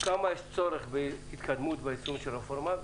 כמה יש צורך בהתקדמות ביישום של הרפורמה.